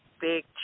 big